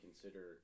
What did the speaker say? consider